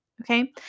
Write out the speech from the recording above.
Okay